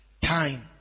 time